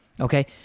Okay